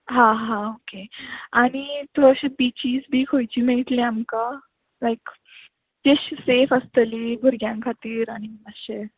हां हां ओके आनी थंय अशे बिचीज बी खंयची मेळटली आमकां लायक तेश सेफ आसतली भुरग्यांक खातीर आनी मातशें